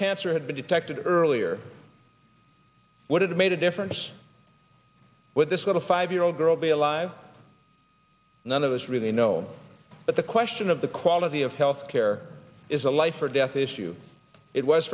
cancer had been detected earlier would it made a difference with this little five year old girl be alive none of us really know but the question of the quality of health care is a life or death issue it was